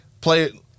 play